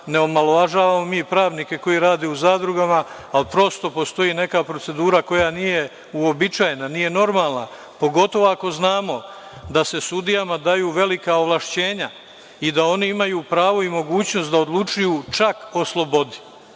ne omalovažavamo mi pravnike koji rade u zadrugama, ali prosto postoji neka procedura koja nije uobičajena, nije normalna. Pogotovo ako znamo da se sudijama daju velika ovlašćenja i da oni imaju pravo i mogućnost da odlučuju čak o slobodi